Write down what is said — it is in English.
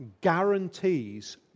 guarantees